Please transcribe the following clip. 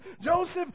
Joseph